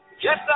yes